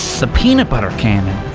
the peanut butter cannon,